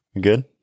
Good